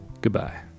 Goodbye